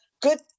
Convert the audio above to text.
good